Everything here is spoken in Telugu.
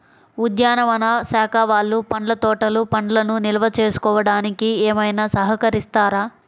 ఉద్యానవన శాఖ వాళ్ళు పండ్ల తోటలు పండ్లను నిల్వ చేసుకోవడానికి ఏమైనా సహకరిస్తారా?